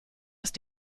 ist